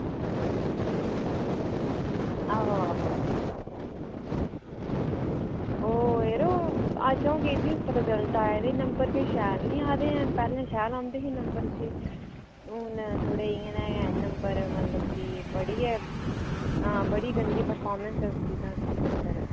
आहो आहो ओह् यरो अज्ज अ'ऊं गेदी रिजल्ट आए दे नंबर किश शैल निं आए दे हैन पैह्लें शैल औंदे हे नंबर ते हून थोह्ड़े इ'यां गै न नंबर मतलब कि बड़ी गै हां बड़ी गंदी परफार्मेंस ऐ केह् चक्कर ऐ